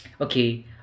Okay